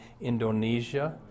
Indonesia